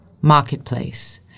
Marketplace